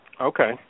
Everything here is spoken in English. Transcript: Okay